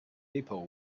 people